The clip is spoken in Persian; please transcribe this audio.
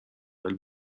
ولی